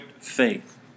faith